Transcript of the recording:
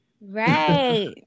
right